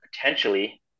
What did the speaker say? potentially